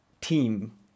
team